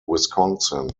wisconsin